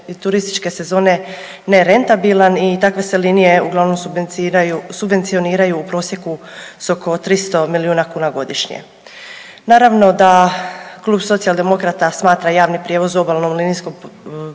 turističke sezone nerentabilan i takve se linije uglavnom subvenciraju, subvencioniraju u prosjeku s oko 300 milijuna kuna godišnje. Naravno da Klub Socijaldemokrata smatra javni prijevoz u obalnom linijskom pomorskom